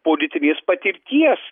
politinės patirties